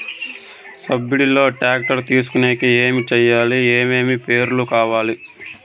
Subsidy లో tractor తీసుకొనేకి ఏమి చేయాలి? ఏమేమి పేపర్లు కావాలి?